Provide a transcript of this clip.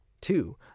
two